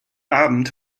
abend